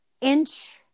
inch